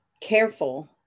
careful